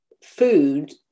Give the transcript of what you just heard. food